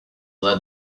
led